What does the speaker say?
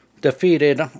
defeated